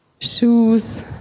shoes